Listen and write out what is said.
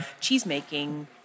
cheesemaking